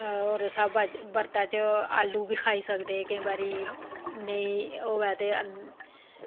होर बर्त च आलू बी खाई सकदे केईं बारी नेईं होऐ ते